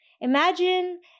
Imagine